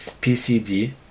PCD